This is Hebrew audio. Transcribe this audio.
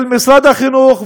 של משרד החינוך,